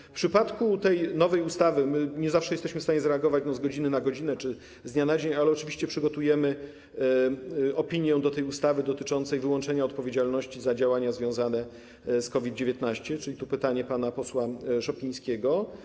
Jeśli chodzi o tę nową ustawę, nie zawsze jesteśmy w stanie zareagować z godziny na godzinę czy z dnia na dzień, ale oczywiście przygotujemy opinię o ustawie dotyczącej wyłączenia odpowiedzialności za działania związane z COVID-19 - to pytanie pana posła Szopińskiego.